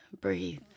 breathe